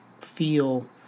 feel